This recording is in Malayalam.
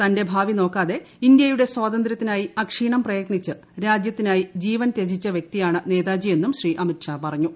തന്റെ ഭാവി നോക്കാതെ ഇന്ത്യയുടെ സ്വാതന്ത്യത്തിനായി അക്ഷീണം പ്രയത്നിച്ച് രാജ്യത്തിനായി ജീവൻതൃജിച്ച വ്യക്തിയാണ് നേതാജിയെന്നും അദ്ദേഹം പറഞ്ഞു